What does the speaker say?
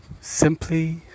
simply